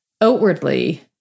outwardly